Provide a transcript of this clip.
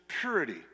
purity